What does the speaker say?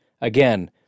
again